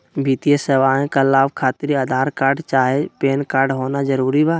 वित्तीय सेवाएं का लाभ खातिर आधार कार्ड चाहे पैन कार्ड होना जरूरी बा?